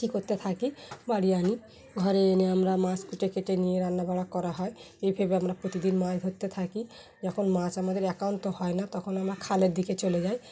কী করতে থাকি বাড়ি আনি ঘরে এনে আমরা মাছ কুটে কেটে নিয়ে রান্না বান্না করা হয় এইভেবে আমরা প্রতিদিন মাছ ধরতে থাকি যখন মাছ আমাদের একান্ত হয় না তখন আমরা খালের দিকে চলে যাই